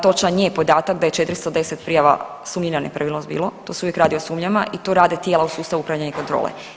Točan je podatak da je 410 prijava, sumnji na nepravilnost bilo, to se uvijek radi o sumnjama i to rade tijela u sustavu upravljanja i kontrole.